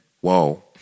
Whoa